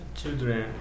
children